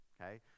okay